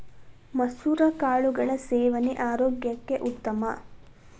ಮಸುರ ಕಾಳುಗಳ ಸೇವನೆ ಆರೋಗ್ಯಕ್ಕೆ ಉತ್ತಮ